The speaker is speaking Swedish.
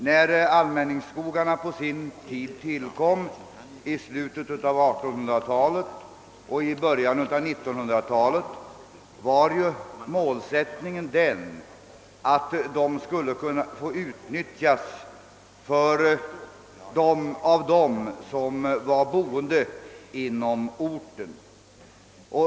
När allmänningsskogarna på sin tid tillkom i slutet av 1800-talet och i början av 1900-talet var ju målsättningen den, att de skulle kunna få utnyttjas av dem som var boende på orten.